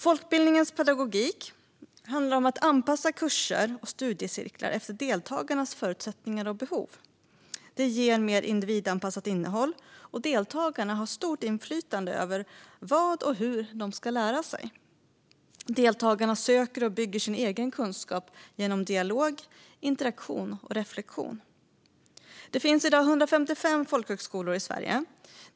Folkbildningens pedagogik handlar om att anpassa kurser och studiecirklar efter deltagarnas förutsättningar och behov. Det ger mer individanpassat innehåll, och deltagarna har stort inflytande över vad och hur de ska lära sig. Deltagarna söker och bygger sin egen kunskap genom dialog, interaktion och reflektion. Det finns i dag 155 folkhögskolor i Sverige.